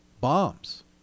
bombs